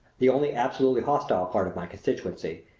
the only absolutely hostile part of my constituency,